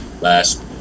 last